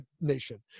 nation